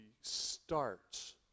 starts